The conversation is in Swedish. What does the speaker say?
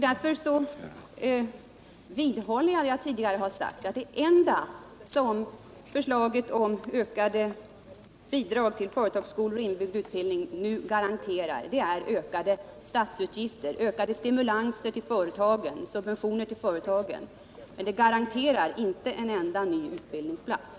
Jag vidhåller vad jag tidigare har sagt, nämligen att det enda som förslaget om ökade bidrag till företagsskolor och inbyggd utbildning nu garanterar är ökade statsutgifter och ökade subventioner till företagen. Däremot garanterar det inte en enda ny utbildningsplats.